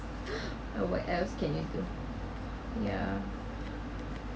what else can you do ya